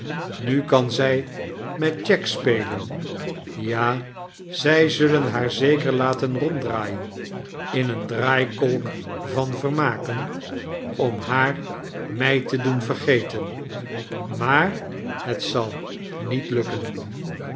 nu kan zij met cheggs spelen ja zij zullen haar zeker laten ronddraaien in een draaikolk van vermaken om haar mij te doen vergeten maar het zal niet lukken